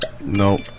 Nope